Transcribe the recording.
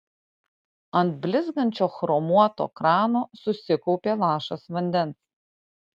ant blizgančio chromuoto krano susikaupė lašas vandens